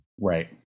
Right